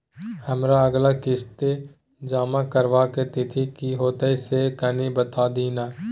हमर अगला किस्ती जमा करबा के तिथि की होतै से कनी बता दिय न?